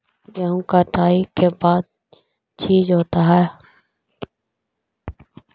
गेहूं कटाई के बाद का चीज होता है?